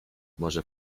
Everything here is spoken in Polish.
może